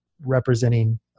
representing